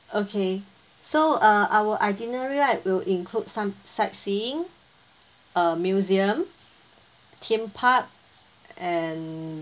okay so uh our itinerary right will include some sightseeing uh museum theme park and